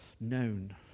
known